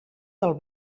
del